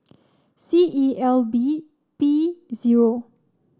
C E L B P zero